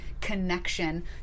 connection